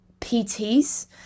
PTs